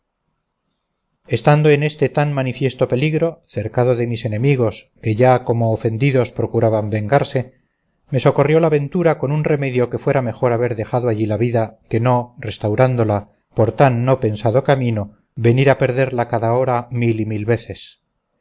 estando en este tan manifiesto peligro cercado de mis enemigos que ya como ofendidos procuraban vengarse me socorrió la ventura con un remedio que fuera mejor haber dejado allí la vida que no restaurándola por tan no pensado camino venir a perderla cada hora mil y mil veces